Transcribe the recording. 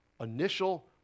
initial